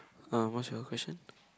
uh what's your question